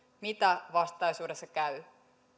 mitä vastaisuudessa käy